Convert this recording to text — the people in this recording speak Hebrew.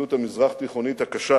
במציאות המזרח-תיכונית הקשה,